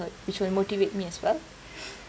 which will motivate me as well